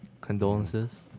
condolences